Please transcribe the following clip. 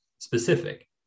specific